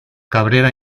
cabrera